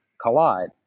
collide